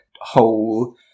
whole